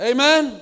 Amen